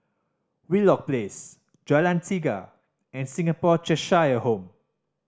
Wheelock Place Jalan Tiga and Singapore Cheshire Home